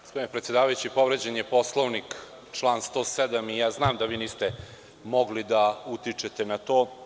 Gospodine predsedavajući, povređen je Poslovnik, član 107. i ja znam da vi niste mogli da utičete na to.